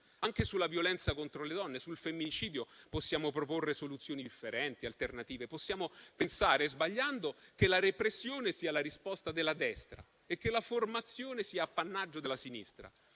Anche sulla violenza contro le donne e sul femminicidio possiamo proporre soluzioni differenti e alternative. Possiamo pensare, sbagliando, che la repressione sia la risposta della destra e che la formazione sia appannaggio della sinistra: